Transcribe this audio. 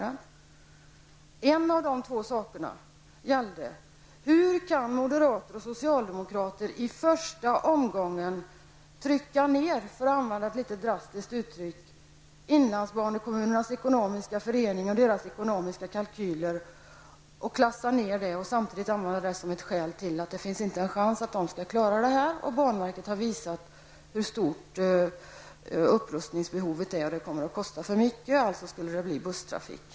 En av de två frågorna gällde hur moderater och socialdemokrater i första omgången kunde -- för att använda ett drastiskt uttryck -- trycka ned inlandsbanekommunernas ekonomiska förening, underkänna deras ekonomiska kalkyler och säga att de inte skulle ha en chans att klara det hela. Banverket har visat hur stort upprustningsbehovet är, att det kommer att kosta för mycket och att det därför måste bli busstrafik.